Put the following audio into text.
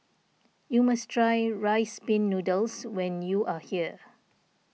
you must try Rice Pin Noodles when you are here